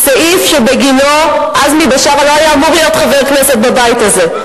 הסעיף שבגינו עזמי בשארה לא היה אמור להיות חבר כנסת בבית הזה?